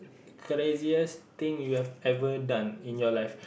craziest thing you have ever done in your life